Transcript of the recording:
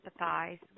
empathize